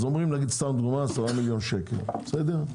אומרים: 10 מיליון שקל, סתם.